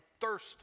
thirst